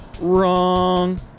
Wrong